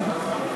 איציק.